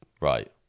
right